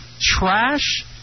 trash